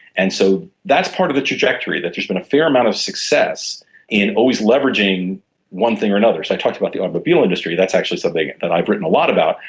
and so that's part of the trajectory, that there's been a fair amount of success in always leveraging one thing or another. i talked about the automobile industry, that's actually something that i've written a lot about,